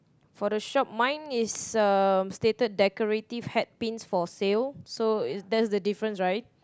for the shop mine is um stated decorative hat pins for sale so is there is the difference right